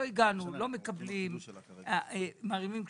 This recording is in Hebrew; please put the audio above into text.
מדברים גם